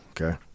Okay